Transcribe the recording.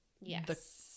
Yes